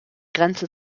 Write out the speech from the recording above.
grenze